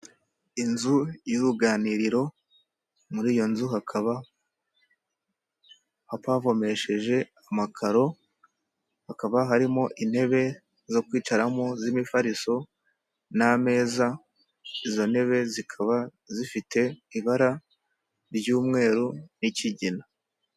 Inzu y'uruganiriro, muri iyo nzu hakaba hapavomesheje amakaro hakaba harimo intebe zo kwicaramo z'imifariso n'ameza izo ntebe zikaba zifite ibara ry'umweru ry'ikigina.